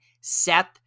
Seth